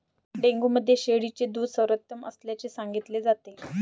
dengue मध्ये शेळीचे दूध सर्वोत्तम असल्याचे सांगितले जाते